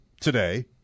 today